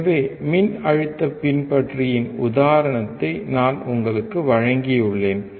எனவே மின் அழுத்தப் பின்பற்றியின் உதாரணத்தை நான் உங்களுக்கு வழங்கியுள்ளேன்